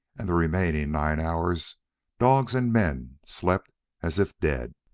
and the remaining nine hours dogs and men slept as if dead.